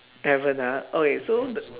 haven't ah okay so the